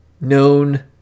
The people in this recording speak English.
known